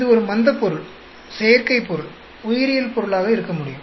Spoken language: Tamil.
இது ஒரு மந்த பொருள் செயற்கை பொருள் உயிரியல் பொருளாக இருக்கமுடியும்